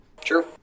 True